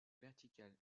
verticale